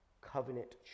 covenant